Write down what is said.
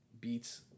beats